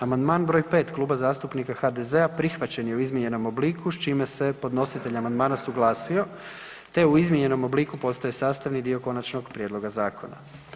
Amandman br. 5 Kluba zastupnika HDZ-a prihvaćen je u izmijenjenom obliku, s čime se podnositelj amandmana suglasio te u izmijenjenom obliku postaje sastavni dio konačnog prijedloga zakona.